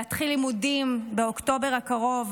להתחיל לימודים באוקטובר הקרוב,